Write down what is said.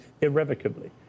irrevocably